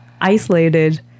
isolated